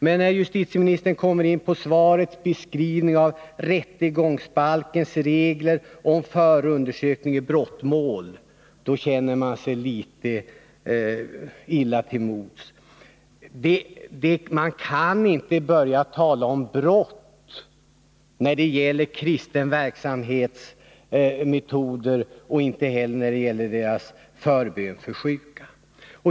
Men när justitieministern kommer in på beskrivningar av rättegångsbalkens regler om förundersökningar i brottmål känner jag mig litet illa till mods. Man kan inte börja tala om brott när det gäller metoder i kristen verksamhet eller förbön för sjuka.